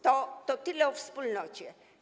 To tyle o wspólnocie.